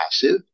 passive